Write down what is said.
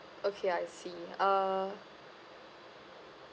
okay I see uh